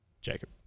Jacob